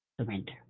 Surrender